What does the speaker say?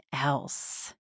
else